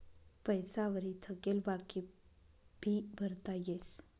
पैसा वरी थकेल बाकी भी भरता येस